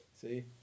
See